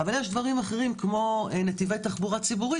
אבל יש דברים כמו נתיבי תחבורה ציבורית